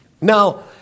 Now